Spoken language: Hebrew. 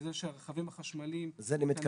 בזה שהרכבים החשמליים יכנסו --- לזה אני מתכוון,